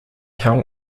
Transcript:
tell